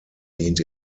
dient